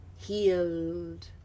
healed